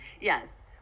Yes